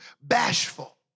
bashful